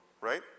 right